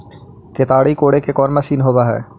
केताड़ी कोड़े के कोन मशीन होब हइ?